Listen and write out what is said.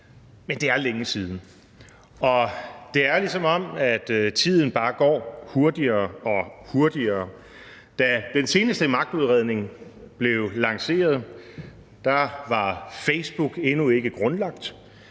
men det er længe siden. Det er, som om tiden bare går hurtigere og hurtigere. Da den seneste magtudredning blev lanceret, var Facebook endnu ikke grundlagt,